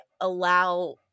allow